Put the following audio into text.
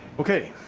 okay.